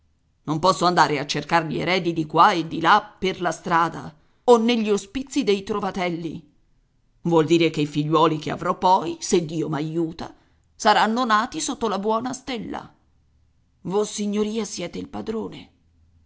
non posso andare a cercar gli eredi di qua e di là per la strada o negli ospizi dei trovatelli vuol dire che i figliuoli che avrò poi se dio m'aiuta saranno nati sotto la buona stella vossignoria siete il padrone